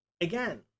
Again